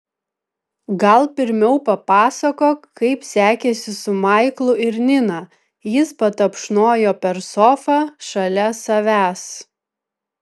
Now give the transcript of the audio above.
gal pirmiau papasakok kaip sekėsi su maiklu ir nina jis patapšnojo per sofą šalia savęs